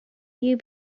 you